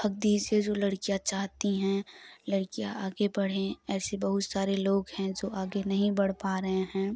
हक दीजिए जो लड़कियाँ चाहती हैं लड़कियाँ आगे बढ़ें ऐसी बहुत सारे लोग हैं जो आगे नहीं बढ़ पा रहे हैं